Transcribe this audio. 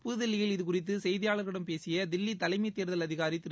புத்தில்லியில் இதுகுறித்து செய்தியாளர்களிடம் பேசிய தில்லி தலைமைத் தேர்தல் அதிகாரி திரு